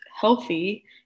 healthy